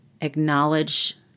acknowledge